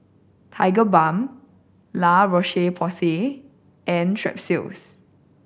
Tigerbalm La Roche Porsay and Strepsils